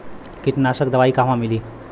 कीटनाशक दवाई कहवा मिली?